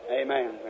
Amen